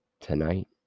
tonight